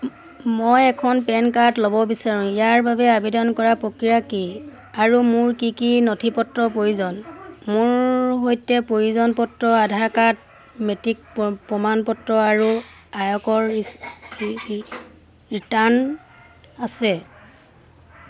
মই এখন PAN card ল'ব বিচাৰোঁ ইয়াৰ বাবে আবেদন কৰাৰ প্ৰক্ৰিয়া কি আৰু মোৰ কি কি নথিপত্ৰৰ প্ৰয়োজন মোৰ সৈতে পৰিচয় পত্ৰ আধাৰ কাৰ্ড মেট্ৰিক প্ৰমাণপত্ৰ আৰু আয়কৰ ৰিটাৰ্ণ আছে